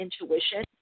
intuition